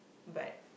but